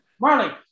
Marley